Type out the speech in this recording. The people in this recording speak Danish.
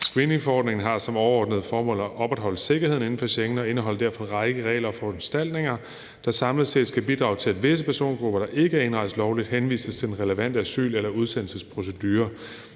Screeningforordningen har som overordnet formål at opretholde sikkerheden inden for Schengen og indeholder derfor en række regler og foranstaltninger, der samlet set skal bidrage til, at visse persongrupper, der ikke er indrejst lovligt, henvises til den relevante asyl- eller udsendelsesprocedure.